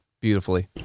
beautifully